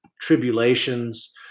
tribulations